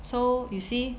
so you see